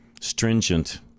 stringent